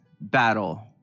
battle